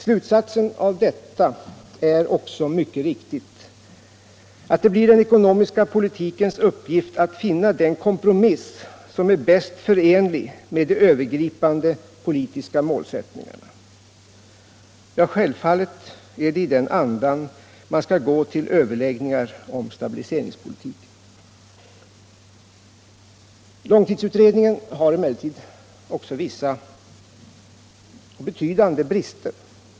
Slutsatsen av detta är också mycket riktig, att det blir den ekonomiska politikens uppgift att finna den kompromiss som är bäst förenlig med de övergripande politiska målsättningarna. Ja, självfallet är det i den andan man skall gå till överläggningar om stabiliseringspolitiken. Långtidsutredningen har emellertid också vissa betydande brister.